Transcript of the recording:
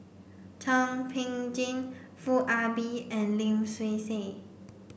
Thum Ping Tjin Foo Ah Bee and Lim Swee Say